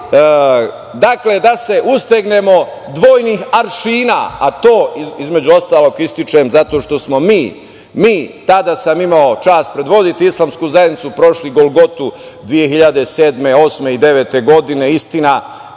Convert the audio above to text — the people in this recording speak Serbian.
ali da se ustegnemo dvojnih aršina, a to između ostalog ističem zato što smo mi, tada sam imao čast predvoditi islamsku zajednicu, prošli golgotu 2007, 2008. i 2009. godine. Istina,